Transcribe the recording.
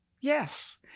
Yes